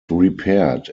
repaired